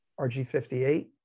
RG58